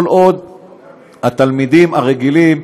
כל עוד התלמידים הרגילים,